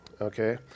Okay